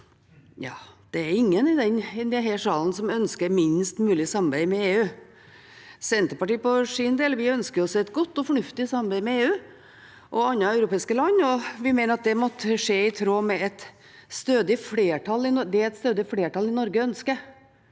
EU. Det er ingen i denne salen som ønsker «minst mulig samarbeid med EU». Senterpartiet for sin del ønsker et godt og fornuftig samarbeid med EU og andre europeiske land, og vi mener at det må skje i tråd med det et stødig flertall i Norge ønsker,